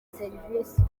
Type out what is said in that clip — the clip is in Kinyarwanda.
serivisi